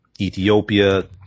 Ethiopia